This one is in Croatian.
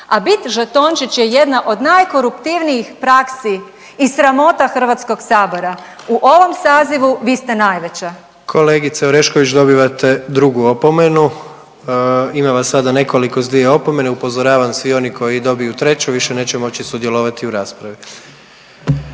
a bit žetončić je jedna od najkoruptivnijih praksi i sramota HS-a. U ovom sazivu vi ste najveća. **Jandroković, Gordan (HDZ)** Kolegice Orešković dobivate drugu opomenu. Ima vas sada nekoliko s dvije opomene upozoravam svi oni koji dobiju treću više neće moći sudjelovati u raspravi.